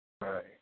right